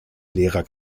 lehrer